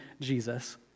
Jesus